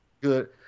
good